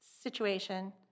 situation